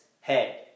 hey